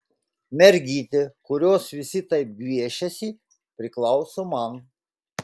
mergytė kurios visi taip gviešiasi priklauso man